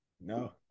No